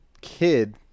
kid